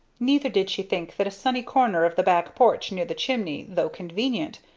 neither did she think that a sunny corner of the back porch near the chimney, though convenient,